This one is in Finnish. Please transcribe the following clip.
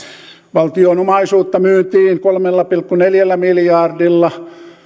valtion omaisuutta myytiin kolmella pilkku neljällä miljardilla